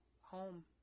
home